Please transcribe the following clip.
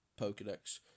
Pokedex